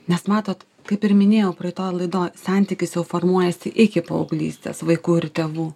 nes matot kaip ir minėjau praeitoj laidoj santykis jau formuojasi iki paauglystės vaikų ir tėvų